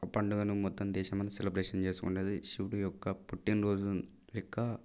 ఆ పండుగను మొత్తం దేశం అంతా సెలబ్రేషన్ చేసుకుంటుంది శివుడి యొక్క పుట్టినరోజు యొక్క